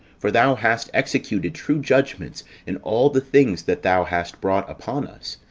for thou hast executed true judgments in all the things that thou hast brought upon us,